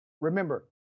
Remember